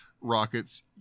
Rockets